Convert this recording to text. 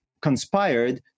conspired